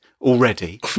already